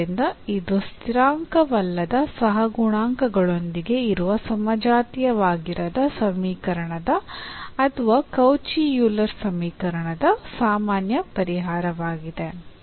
ಆದ್ದರಿಂದ ಇದು ಸ್ಥಿರಾಂಕವಲ್ಲದ ಸಹಗುಣಾಂಕಗಳೊಂದಿಗೆ ಇರುವ ಸಮಜಾತೀಯವಾಗಿರದ ಸಮೀಕರಣದ ಅಥವಾ ಕೌಚಿ ಯೂಲರ್ ಸಮೀಕರಣದ ಸಾಮಾನ್ಯ ಪರಿಹಾರವಾಗಿದೆ